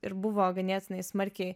ir buvo ganėtinai smarkiai